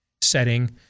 setting